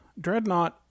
Dreadnought